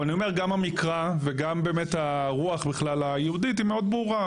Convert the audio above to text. אבל אני אומר גם המקרא וגם באמת הרוח בכלל היהודית היא מאוד ברורה,